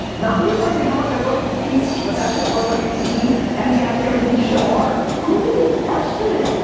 not realizing how much i loved to teach, but that's what wine library tv and the askgaryvee show are, who knew? f student,